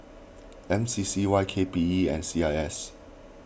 M C C Y K P E and C I S